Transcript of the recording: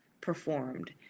performed